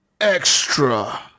Extra